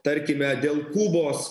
tarkime dėl kubos